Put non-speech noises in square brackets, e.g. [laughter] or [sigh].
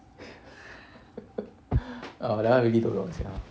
[laughs] !wah! that one really don't know sia